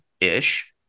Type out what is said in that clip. ish